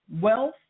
Wealth